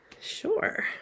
Sure